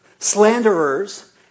slanderers